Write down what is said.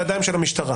בידיים של המשפחה?